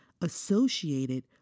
associated